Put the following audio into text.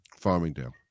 Farmingdale